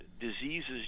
diseases